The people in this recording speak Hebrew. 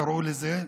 קראו לזה,